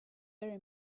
very